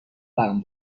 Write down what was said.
برام